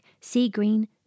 sea-green